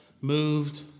Moved